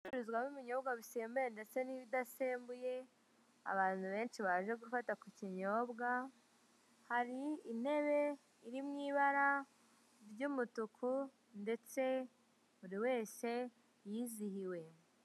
Ricururizwamo ibinyobwa bisembuye ndetse n'ibidasembuye, abantu benshi baje gufata ku kinyobwa, hari intebe iri mu ibara ry'umutuku, ndetse buri wese yizihiwe.